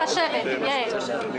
החשבת, יעל.